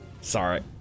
sorry